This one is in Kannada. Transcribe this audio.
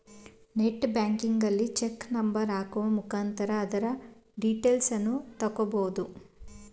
ನೆಟ್ ಬ್ಯಾಂಕಿಂಗಲ್ಲಿ ಚೆಕ್ ನಂಬರ್ ಹಾಕುವ ಮುಖಾಂತರ ಅದರ ಡೀಟೇಲ್ಸನ್ನ ತಗೊಬೋದು